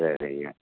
சரிங்க